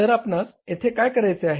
तर आपणास येथे काय करायचे आहे